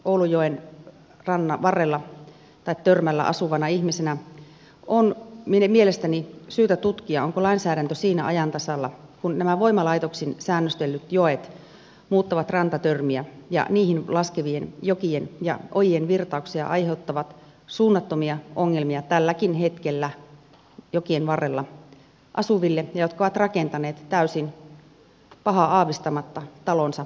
oulujoen törmällä asuvana ihmisenä on mielestäni syytä tutkia onko lainsäädäntö siinä ajan tasalla kun nämä voimalaitoksin säännöstellyt joet muuttavat rantatörmiä ja niihin laskevien jokien ja ojien virtauksia ja aiheuttavat suunnattomia ongelmia tälläkin hetkellä jokien varrella asuville jotka ovat rakentaneet täysin pahaa aavistamatta talonsa näille törmille